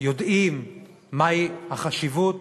יודעים מהי החשיבות